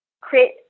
create